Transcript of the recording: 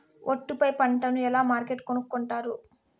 ఒట్టు పై పంటను ఎలా మార్కెట్ కొనుక్కొంటారు?